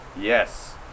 Yes